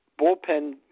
bullpen